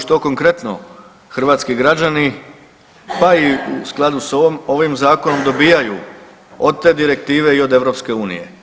Što konkretno hrvatski građani pa i u skladu s ovim zakonom dobijaju od te direktive i od EU?